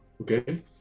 Okay